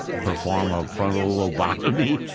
perform a frontal lobotomy,